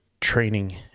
training